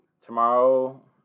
Tomorrow